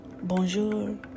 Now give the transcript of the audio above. bonjour